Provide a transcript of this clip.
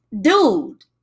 Dude